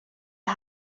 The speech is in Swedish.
det